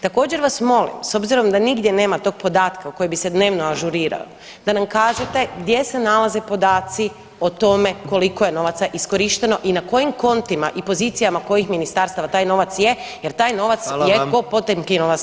Također vas molim s obzirom da nigdje nema tog podatka koji bi se dnevno ažurirao da nam kažete gdje se nalaze podaci o tome koliko je novaca iskorišteno i na kojim kontima i pozicijama kojih ministarstava taj novac je jer taj novac je ko Potemkinova sela?